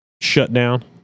shutdown